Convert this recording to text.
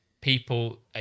people